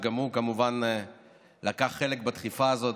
שגם הוא כמובן לקח חלק בדחיפה הזאת.